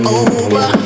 over